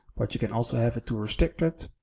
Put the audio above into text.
but you can also have it to restrict it.